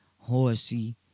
Horsey